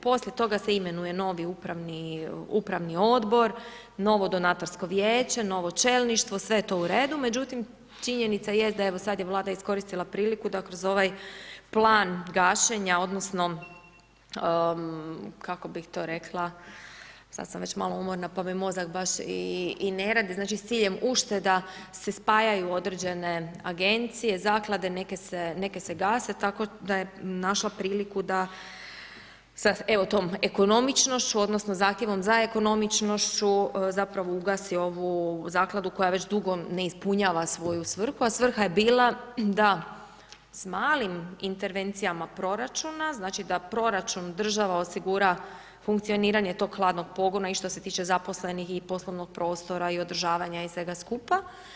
Poslije toga se imenuje novi upravni odbor, novo donatorsko vijeće, novo čelništvo, sve je to u redu, međutim, činjenica je da, evo, sada je vlada iskoristila priliku da kroz ovaj plan gašenja odnosno, kako bi to rekla, sada sam već malo umorna, pa mi mozak baš i ne radi, s ciljem ušteda se spajaju određene agencije, zaklade, neke se gase, tako da je našla priliku da evo s tom ekonomičnošću, odnosno, zahtjevom za ekonomičnošću, zapravo ugasi ovu zakladu koja već dugo ne ispunjava svoju svrhu, a svrha je bila da s malim intervencijama proračuna, znači da proračun, država osigura funkcioniranje tog hladnog pogona i što se tiče zaposlenih i poslovnog prostora i održavanja i svega skupa.